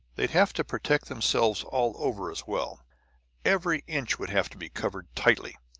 they'd have to protect themselves all over as well every inch would have to be covered tightly.